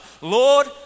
Lord